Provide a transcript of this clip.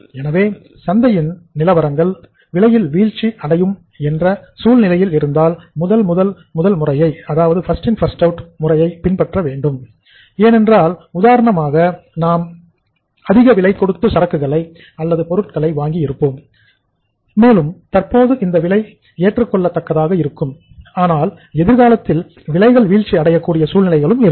எனவே சந்தையின் நிலவரங்கள் விலையில் வீழ்ச்சி அடையும் என்ற சூழ்நிலையில் இருந்தால் பஸ்ட் இன் பஸ்ட் அவுட் முறையை பின்பற்ற வேண்டும் ஏனென்றால் உதாரணமாக நாம் அதிக விலை கொடுத்து சரக்குகளை அல்லது பொருட்களை வாங்கி இருப்போம் மேலும் தற்போது இந்த விலை ஏற்றுக்கொள்ளத் தக்கதாக இருக்கும் ஆனால் எதிர்காலத்தில் விலைகள் வீழ்ச்சி அடைய கூடிய சூழ்நிலைகளும் இருக்கும்